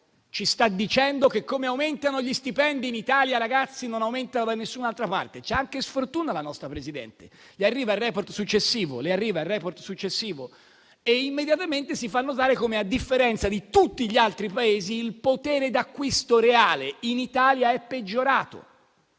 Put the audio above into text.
ci sta dicendo che, come aumentano gli stipendi in Italia, non aumentano da nessun'altra parte. È anche sfortunata la nostra Presidente, perché le arriva il *report* successivo e immediatamente le si fa notare come, a differenza di tutti gli altri Paesi, il potere d'acquisto reale in Italia è peggiorato.